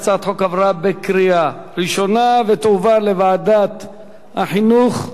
הצעת החוק עברה בקריאה ראשונה ותועבר לוועדת החינוך,